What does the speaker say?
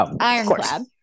Ironclad